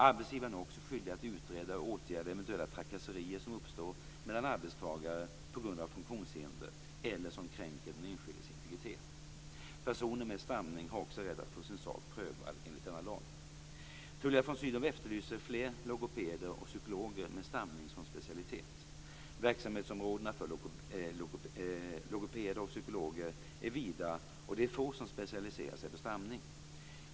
Arbetsgivaren är också skyldig att utreda och åtgärda eventuella trakasserier som uppstår mellan arbetstagare på grund av funktionshinder eller som kränker den enskildes integritet. Personer med stamning har också rätt att få sin sak prövad enligt denna lag. Tullia von Sydow efterlyser fler logopeder och psykologer med stamning som specialitet. Verksamhetsområdena för logopeder och psykologer är vida, och det är få som specialiserar sig på stamning.